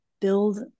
Build